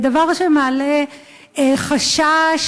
דבר שמעלה חשש,